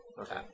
Okay